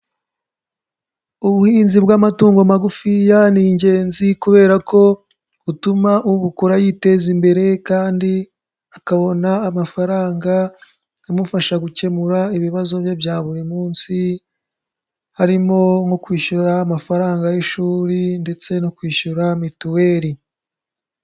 Ubuhinzi bw'amatungo magufiya ni ingenzi kubera ko butuma ubukora yiteza imbere kandi akabona amafaranga amufasha gukemura ibibazo bye bya buri munsi, harimo nko kwishyura amafaranga y'ishuri ndetse no kwishyura mituweli.